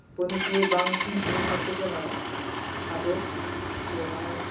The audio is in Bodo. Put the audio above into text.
बयनिख्रुयबो बांसिन सुबुं सानखो गोनां हादर बेयावहाय